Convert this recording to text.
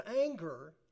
anger